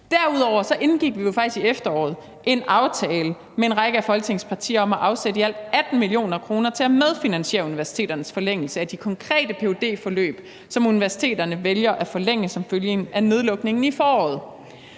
Derudover indgik vi jo faktisk i efteråret en aftale med en række af Folketingets partier om at afsætte i alt 18 mio. kr. til at medfinansiere universiteternes forlængelse af de konkrete ph.d.-forløb, som universiteterne vælger at forlænge som følge af nedlukningen i foråret.